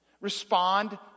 respond